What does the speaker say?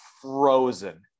frozen